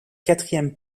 quatrième